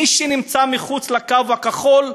מי שנמצא מחוץ לקו הכחול,